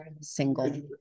single